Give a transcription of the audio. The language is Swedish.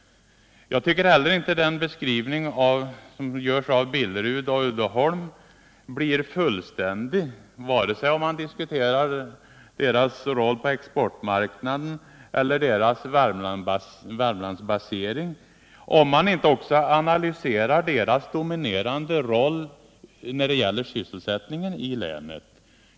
Jag tycker inte heller att beskrivningen av Billerud och Uddeholm blir fullständig — vare sig man diskuterar deras roll på exportmarknaden eller deras Värmlandsbasering - om man inte också analyserar företagens dominerande roll när det gäller sysselsättningen i länet.